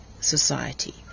society